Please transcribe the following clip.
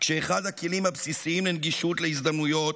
כשאחד הכלים הבסיסיים לנגישות להזדמנויות,